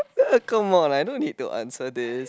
come on I don't need to answer this